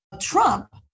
Trump